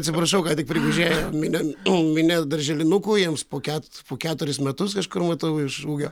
atsiprašau ką tik prigužėjo minia minia darželinukų jiems po ket po keturis metus kažkur matau iš ūgio